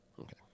okay